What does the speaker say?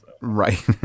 right